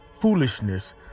foolishness